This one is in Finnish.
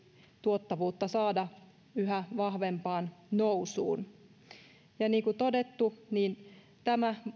tuottavuutta yhä vahvempaan nousuun niin kuin todettu tämä